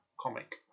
comic